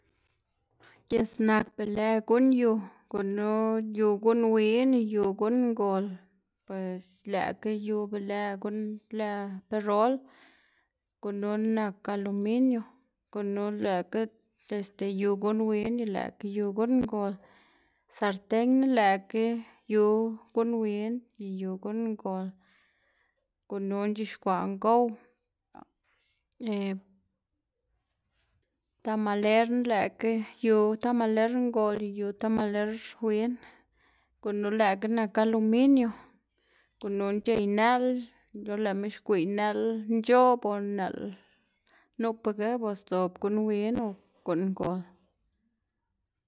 Gis nak be lë guꞌn yu gunu yu guꞌn win y yu guꞌn ngol, pues lëꞌkga yu be lë guꞌn lë perol, gununa nak aluminio, gunu lëꞌkga este yu guꞌn win lëꞌkga yu guꞌn ngol, sartenna lëꞌkga yu guꞌn win y yu guꞌn ngol, gununa c̲h̲ixkwaꞌ ngow, tamalerna lëꞌkga yu tamaler ngol y yu tamaler win, gunu lëꞌkga nak aluminio, gununa c̲h̲ey nëꞌl or lëꞌma xgwiꞌy nëꞌl nc̲h̲oꞌb o nëꞌl nupaga pues sdzob guꞌn win o guꞌn ngol.